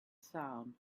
sound